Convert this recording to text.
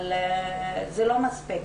אבל זה לא מספיק.